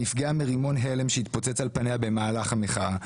נפגעה מרימון הלם שהתפוצץ על פניה במהלך המחאה,